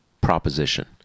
proposition